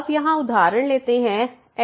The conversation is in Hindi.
अब यहां उदाहरण लेते हैं xx और x गोज़ टू 0